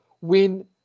win